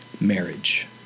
marriage